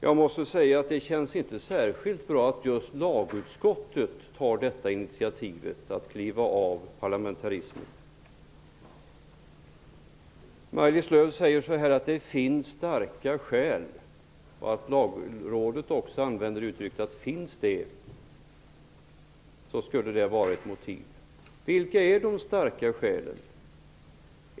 Jag måste säga att det inte känns särskilt bra att just lagutskottet tar ett sådant här initiativ och kliver av parlamentarismen. Maj-Lis Lööw säger att det finns starka skäl och påpekar att Lagrådet också säger att om det finns starka skäl, kan det här vara motiverat. Vilka är de starka skälen?